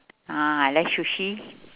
ah I like sushi